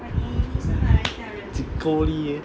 几够力 eh